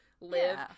live